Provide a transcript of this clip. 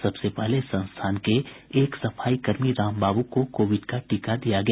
सबसे पहले संस्थान के सफाईकर्मी राम बाबू को कोविड का टीका दिया गया